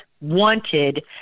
wanted